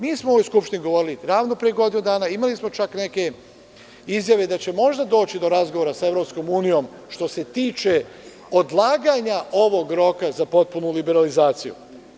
Mi smo u ovoj Skupštini govorili ravno pre godinu dana, imali smo čak neke izjave da će možda doći do razgovora sa EU, što se tiče odlaganja ovog roka za potpunu liberalizaciju.